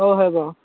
ହଁ ହେବ